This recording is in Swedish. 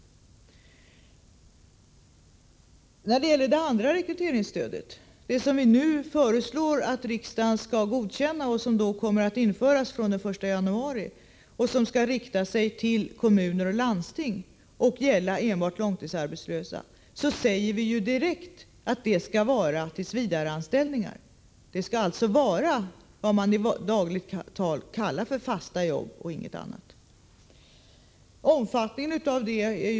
Regeringen säger direkt att det andra rekryteringsstödet — det som vi nu föreslår att riksdagen skall godkänna och som då kommer att införas från den 1 januari och som skall rikta sig till kommuner och landsting samt gälla enbart långtidsarbetslösa — skall användas till tillsvidareanställningar. Det skall alltså vara vad man i dagligt tal kallar för fasta jobb och inget annat.